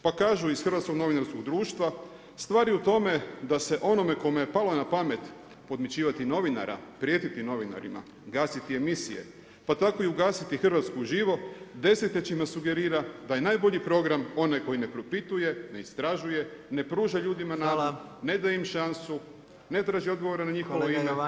Pa kažu iz Hrvatskog novinarskog društva, stvar je u tome da se onome kome je palo na pamet podmićivati novinara, prijetiti novinarima, gasiti emisije pa tako ugasiti Hrvatsku uživo desetljećima sugerira da je najbolji program onaj koji ne propituje, ne istražuje, ne pruža ljudima nadu, [[Upadica predsjednik: Hvala.]] ne daje im šansu, ne traži odgovore na [[Upadica predsjednik: Kolega Jovanović, hvala vam.]] Molim?